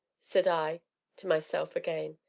said i to myself again,